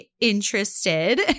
interested